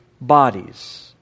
bodies